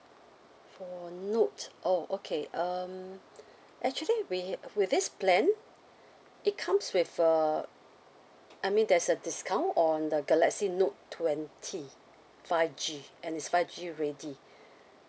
for note oh okay um actually we with this plan it comes with a I mean there's a discount on the galaxy note twenty five G and it's five G ready